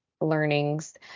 learnings